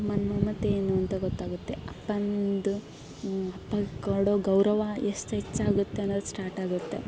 ಅಮ್ಮನ ಮಮತೆ ಏನು ಅಂತ ಗೊತ್ತಾಗುತ್ತೆ ಅಪ್ಪಂದು ಅಪ್ಪ ಕೊಡೋ ಗೌರವ ಎಷ್ಟು ಹೆಚ್ಚಾಗುತ್ತೆ ಅನ್ನೋದು ಸ್ಟಾಟಾಗುತ್ತೆ